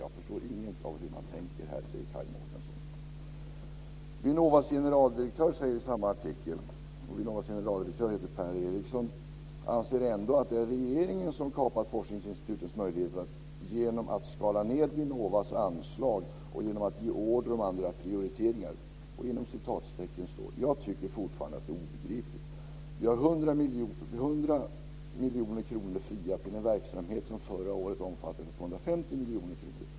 Jag förstår inget av hur man tänker här, säger Kaj "Men Vinnovas generaldirektör Per Eriksson anser ändå att det är regeringen som kapat forskningsinstitutens möjligheter genom att skala ned Vinnovas anslag och genom att ge order om andra prioriteringar. 'Jag tycker fortfarande det är obegripligt. Vi har 100 Mkr fria till en verksamhet som förra året omfattade 250 miljoner.